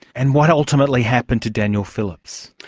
and what ultimately happened to daniel phillips?